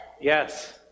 Yes